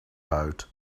out